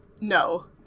No